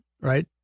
right